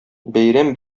бәйрәм